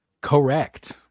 Correct